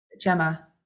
Gemma